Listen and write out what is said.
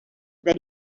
that